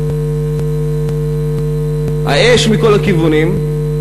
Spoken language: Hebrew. האש מכל הכיוונים.